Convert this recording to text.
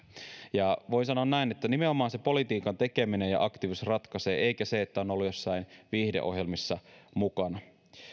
voin sanoa näin että nimenomaan se politiikan tekeminen ja aktiivisuus ratkaisee eikä se että on ollut joissain viihdeohjelmissa mukana